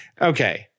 Okay